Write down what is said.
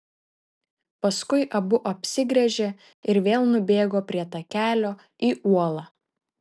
paskui abu apsigręžė ir vėl nubėgo prie takelio į uolą